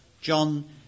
John